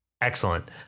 Excellent